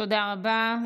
תודה רבה.